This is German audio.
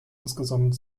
insgesamt